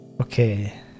Okay